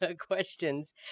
questions